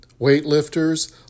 weightlifters